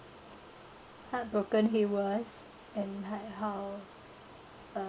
heartbroken he was and like how uh